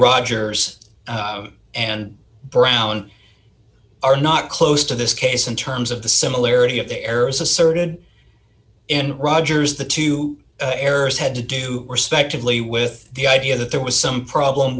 rogers and brown are not close to this case in terms of the similarity of the errors asserted in rogers the two errors had to do respectively with the idea that there was some problem